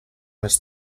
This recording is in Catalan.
més